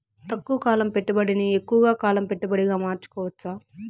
తక్కువ కాలం పెట్టుబడిని ఎక్కువగా కాలం పెట్టుబడిగా మార్చుకోవచ్చా?